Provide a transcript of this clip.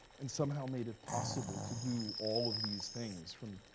and somehow made it possible to do all of these things from,